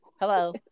Hello